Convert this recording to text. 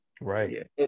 Right